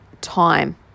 time